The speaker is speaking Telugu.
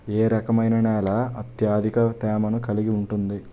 ఏ రకమైన నేల అత్యధిక తేమను కలిగి ఉంటుంది?